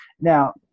Now